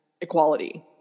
equality